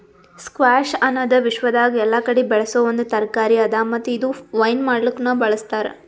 squash ಅನದ್ ವಿಶ್ವದಾಗ್ ಎಲ್ಲಾ ಕಡಿ ಬೆಳಸೋ ಒಂದ್ ತರಕಾರಿ ಅದಾ ಮತ್ತ ಇದು ವೈನ್ ಮಾಡ್ಲುಕನು ಬಳ್ಸತಾರ್